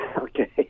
okay